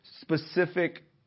specific